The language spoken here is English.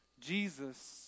Jesus